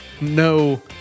no